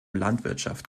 landwirtschaft